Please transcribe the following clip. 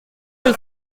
your